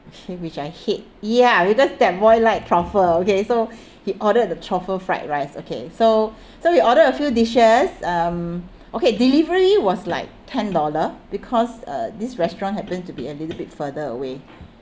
which I hate ya because that boy like truffle okay so he ordered the truffle fried rice okay so so we ordered a few dishes um okay delivery was like ten dollar because uh this restaurant happen to be a little bit further away